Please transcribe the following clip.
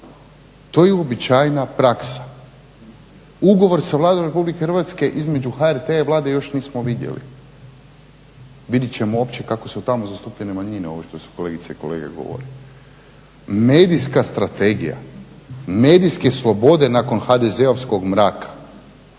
to je uobičajena praksa. Ugovor sa Vladom RH između HRT-a i Vlade još nismo vidjeli. Vidjet ćemo uopće kako su tamo zastupljene manjine ovo što su kolegice i kolege govorili. Medijska strategija, medijske slobode nakon HDZ-ovskog mraka